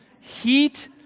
Heat